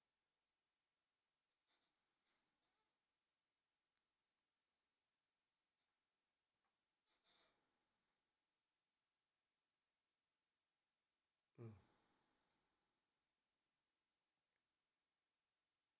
mm